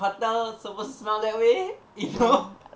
hotel supposed to smell that way you know